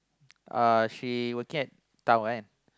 Uh she working at town right